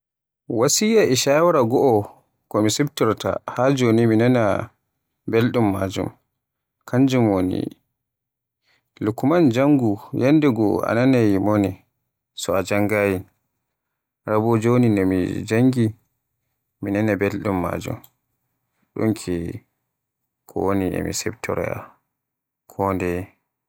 Wasiyya e shawaara goo komi siftoroyta haa joni minaana bulɗum maajun, kanjum woni Lukman janngu yanndegoo a nanaai mone, so a janngayi, Raa bo jooni nde mi janngi mi maana belɗum maajun ɗun ke kowone e mi softoroya kondeye.